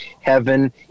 heaven